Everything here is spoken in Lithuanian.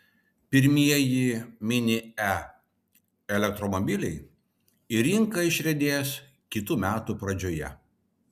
pirmieji mini e elektromobiliai į rinką išriedės kitų metų pradžioje